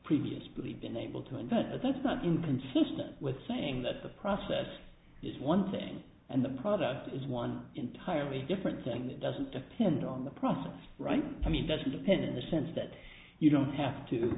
previous believe been able to invent but that's not inconsistent with saying that the process is one thing and the product is one entirely different thing that doesn't depend on the process right i mean it doesn't depend in the sense that you don't have to